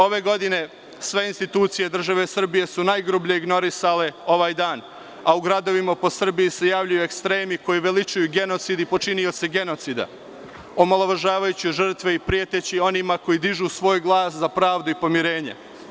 Ove godine, sve institucije države Srbije su najgrublje ignorisale ovaj dan, a u gradovima po Srbiji se javljaju ekstremi koji veličaju genocid i počinioce genocida, omalovažavajući žrtve i preteći onima koji dižu svoj glas za pravdu i pomirenje.